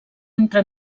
entre